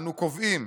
"אנו קובעים